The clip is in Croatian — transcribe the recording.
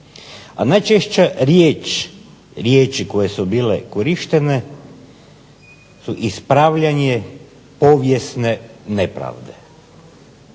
A najčešće riječi koje su bile korištene su ispravljanje povijesne nepravde.